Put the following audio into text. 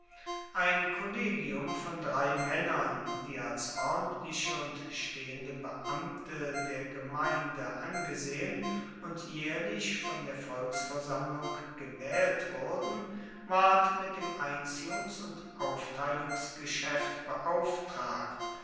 ein kollegium von drei männern die als ordentliche und stehende beamte der gemeinde angesehen und jährlich von der volksversammlung gewählt wurden ward mit dem einziehungs und aufteilungsgeschäft beauftragt